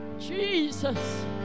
Jesus